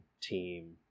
team